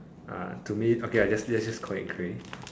ah to me okay I just let's just call it grey